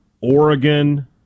Oregon